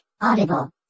Audible